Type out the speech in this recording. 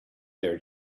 their